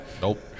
Nope